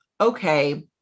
okay